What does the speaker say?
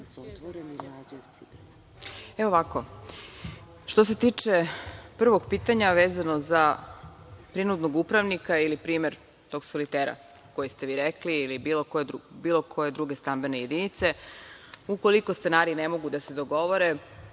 Evo, ovako. Što se tiče prvog pitanja vezano za prinudnog upravnika ili primer tog solitera koji ste vi rekli ili bilo koje druge stambene jedinice, ukoliko stanari ne mogu da se dogovore,